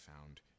found